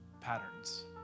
patterns